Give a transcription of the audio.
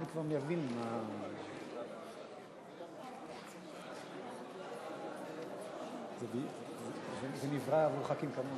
בעד הצעת החוק של זהבה גלאון, הצעת חוק-יסוד: